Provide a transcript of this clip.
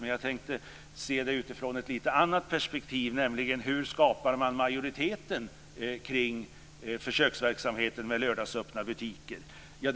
Men jag tänkte se det lite ur ett annat perspektiv, nämligen hur majoriteten kring försöksverksamheten med lördagsöppna butiker skapas.